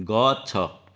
ଗଛ